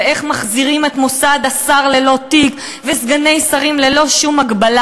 ואיך מחזירים את מוסד השר ללא תיק וסגני שרים ללא שום הגבלה.